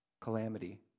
calamity